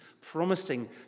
promising